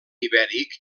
ibèric